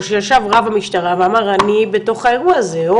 או שישב רב המשטרה ואמר אני בתוך האירוע הזה.